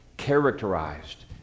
characterized